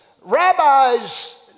rabbis